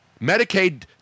Medicaid